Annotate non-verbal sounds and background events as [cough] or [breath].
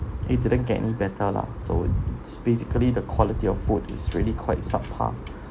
it didn't get any better lah so basically the quality of food is really quite subpar [breath]